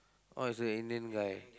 oh is a Indian guy